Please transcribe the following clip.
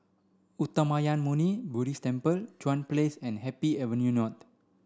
Uttamayanmuni Buddhist Temple Chuan Place and Happy Avenue North